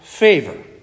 favor